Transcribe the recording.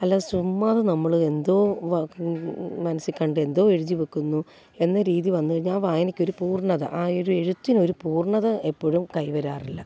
അല്ലാതെ ചുമ്മാതെ നമ്മൾ എന്തോ മനസ്സിൽ കണ്ട് എന്തോ എഴുതിവെക്കുന്നു എന്ന രീതി വന്നുകഴിഞ്ഞാൽ ആ വായനക്കൊരു പൂർണ്ണത ആ ഒരു എഴുത്തിനൊരു പൂർണ്ണത എപ്പോഴും കൈവരാറില്ല